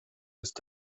ist